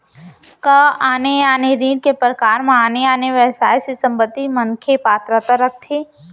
का आने आने ऋण के प्रकार म आने आने व्यवसाय से संबंधित मनखे पात्रता रखथे?